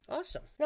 Awesome